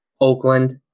Oakland